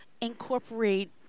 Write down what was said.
incorporate